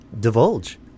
Divulge